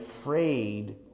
afraid